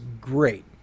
great